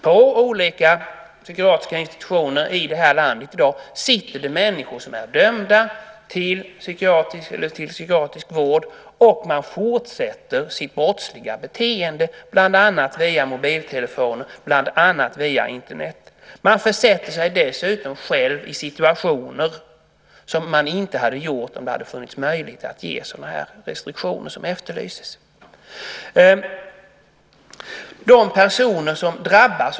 På olika psykiatriska institutioner i det här landet sitter det i dag människor som är dömda till psykiatrisk vård. De kan fortsätta med sitt brottsliga beteende bland annat via mobiltelefon och Internet. De försätter sig dessutom i situationer som de inte gjort om det hade funnits möjlighet att utfärda sådana restriktioner som efterlyses.